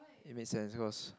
it make sense cause